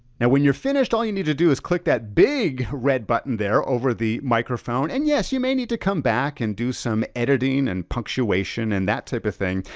now when you're finished all you need to do is click that big red button there, over the microphone. and yes, you may need to come back and do some editing and punctuation and that type of thing,